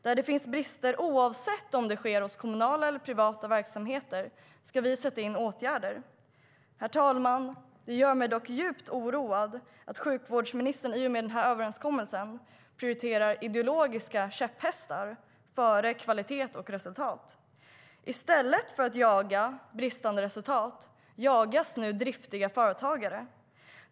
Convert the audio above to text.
Där det finns brister, oavsett om det sker hos kommunala eller privata verksamheter, ska vi sätta in åtgärder.I stället för att jaga bristande resultat jagas driftiga företagare.